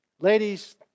ladies